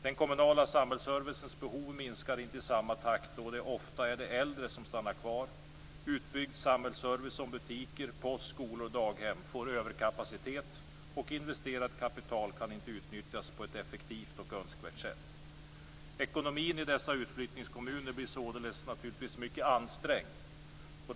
Den kommunala samhällsservicens behov minskar inte i samma takt, och det är ofta de äldre som stannar kvar. Utbyggd samhällsservice som butiker, post, skolor och daghem får överkapacitet och investerat kapital kan inte utnyttjas på ett effektivt och önskvärt sätt. Ekonomin i dessa utflyttningskommuner blir således naturligtvis mycket ansträngd.